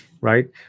right